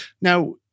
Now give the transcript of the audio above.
Now